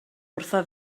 wrtho